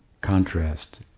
contrast